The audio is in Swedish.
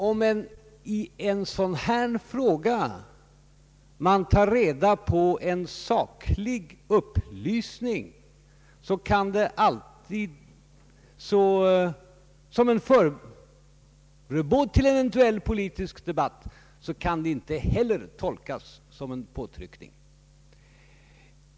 Om man i en sådan här fråga skaffar sig en saklig upplysning som en förberedelse till en eventuell politisk debatt, kan det inte heller tolkas som en påtryckning.